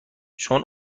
چون